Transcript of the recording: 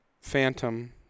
Phantom